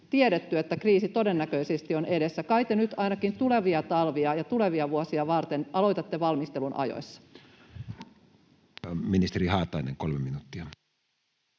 tiedetty, että kriisi todennäköisesti on edessä. Kai te nyt ainakin tulevia talvia ja tulevia vuosia varten aloitatte valmistelun ajoissa? [Speech 196] Speaker: Matti